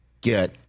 get